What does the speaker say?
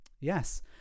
yes